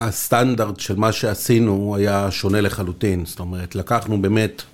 הסטנדרט של מה שעשינו היה שונה לחלוטין, זאת אומרת לקחנו באמת